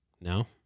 No